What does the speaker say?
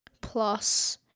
plus